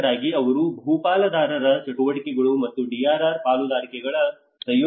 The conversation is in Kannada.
ಸಂಯೋಜಕರಾಗಿ ಅವರು ಬಹು ಪಾಲುದಾರರ ಚಟುವಟಿಕೆಗಳು ಮತ್ತು DRR ಪಾಲುದಾರಿಕೆಗಳ ಸಂಯೋಜಕರಾಗಿದ್ದಾರೆ